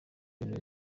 ibintu